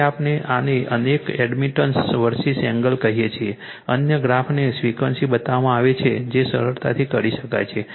તેથી આપણે આને અનેક એડમિટન્સ વર્સિસ એંગલ કહીએ છીએ અન્ય ગ્રાફને ફ્રિક્વન્સી બતાવવામાં આવે છે જે સરળતાથી કરી શકે છે